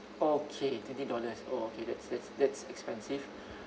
okay twenty dollars oh okay that's that's that's expensive